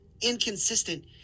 inconsistent